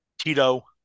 Tito